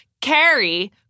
Carrie